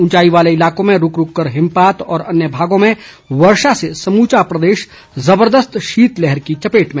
उंचाई वाले इलाकों में रूक रूक कर हिमपात व अन्य भागों में वर्षा से समूचा प्रदेश जबरदस्त शीतलहर की चपेट में